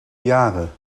jaren